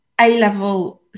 A-level